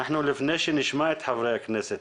לפני שנשמע את חברי הכנסת,